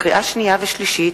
לקריאה שנייה ולקריאה שלישית: